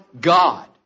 God